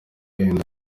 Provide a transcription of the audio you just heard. wenda